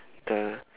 the